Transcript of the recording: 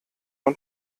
von